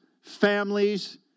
families